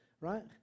right